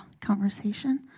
conversation